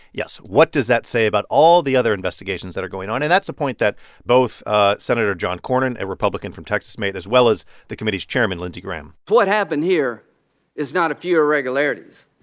yes. what does that say about all the other investigations that are going on? and that's a point that both ah senator john cornyn, a republican from texas, made, as well as the committee's chairman, lindsey graham what happened here is not a few irregularities.